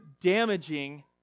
damaging